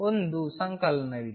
ಒಂದು ಸಂಕಲನವಿದೆ